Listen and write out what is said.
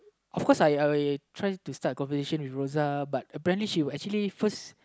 of course I I try to start conversation with Rosa but apparently she will actually first